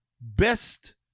best